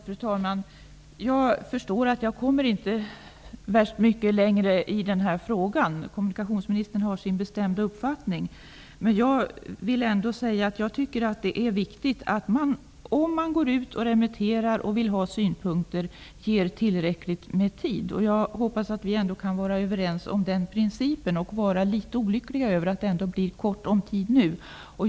Fru talman! Jag förstår att jag inte kommer mycket längre i denna fråga. Kommunikationsministern har sin bestämda uppfattning. Jag tycker ändå att det är viktigt att man, om man går ut och vill ha synpunkter, ger tillräckligt med tid. Jag hoppas att vi ändå kan vara överens om den principen och vara litet olyckliga över att det ändå nu blir kort om tid.